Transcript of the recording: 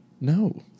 no